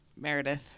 Meredith